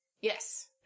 Yes